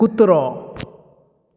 कुत्रो